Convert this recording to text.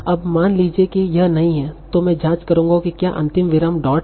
अब मान लीजिए कि यह नहीं है तो मैं जांच करूंगा कि क्या अंतिम विराम डॉट है